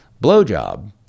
blowjob